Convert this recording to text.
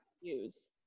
use